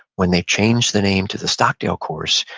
when they changed the name to the stockdale course,